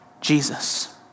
Jesus